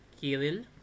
Kirill